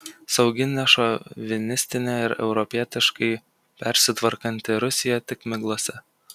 saugi nešovinistinė ir europietiškai persitvarkanti rusija tik miglose